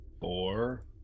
four